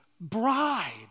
bride